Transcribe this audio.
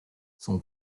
son